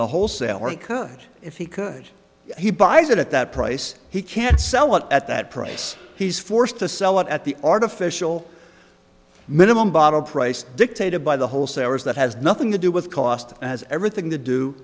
could if he could he buys it at that price he can't sell it at that price he's forced to sell it at the artificial minimum bottle price dictated by the wholesalers that has nothing to do with cost as everything to do